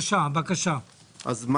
חודשים.